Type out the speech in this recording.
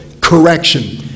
correction